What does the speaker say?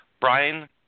Brian